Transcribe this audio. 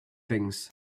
things